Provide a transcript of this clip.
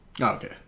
Okay